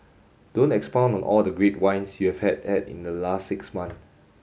don't expound on all the great wines you've have had in the last six month